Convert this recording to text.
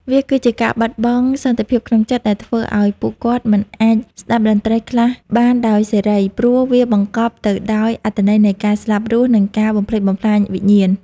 វាគឺជាការបាត់បង់សន្តិភាពក្នុងចិត្ត ដែលធ្វើឱ្យពួកគាត់មិនអាចស្តាប់តន្ត្រីខ្លះបានដោយសេរី ព្រោះវាបង្កប់ទៅដោយអត្ថន័យនៃការស្លាប់រស់ និងការបំផ្លិចបំផ្លាញវិញ្ញាណ។